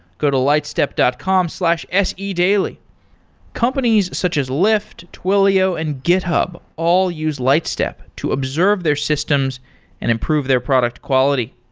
go to lightstep dot com slash sedaily. companies such as lyft, twilio and github all use lightstep to observe their systems and improve their product quality.